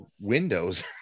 windows